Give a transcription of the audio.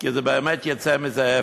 כי באמת יצא מזה אפס.